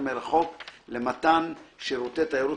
וביטלתי אותו,